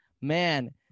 Man